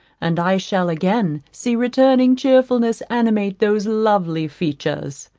and i shall again see returning cheerfulness animate those lovely features.